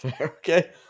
Okay